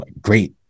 great